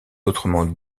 autrement